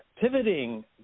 pivoting